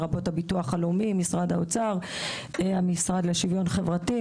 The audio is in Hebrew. לרבות הביטוח הלאומי: משרד האוצר; המשרד לשוויון חברתי;